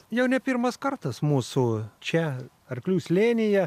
jau ne pirmas kartas mūsų čia arklių slėnyje